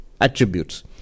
attributes